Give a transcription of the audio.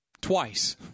twice